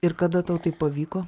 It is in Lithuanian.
ir kada tau tai pavyko